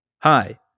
Hi